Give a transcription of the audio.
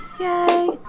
Yay